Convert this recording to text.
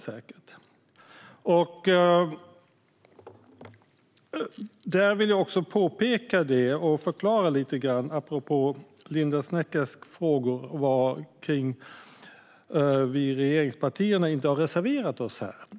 Jag vill förklara lite grann apropå Linda Sneckers fråga varför vi i regeringspartierna inte har reserverat oss här.